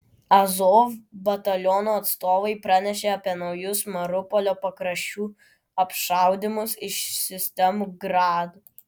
azov bataliono atstovai pranešė apie naujus mariupolio pakraščių apšaudymus iš sistemų grad